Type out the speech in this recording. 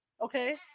okay